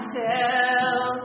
tell